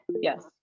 Yes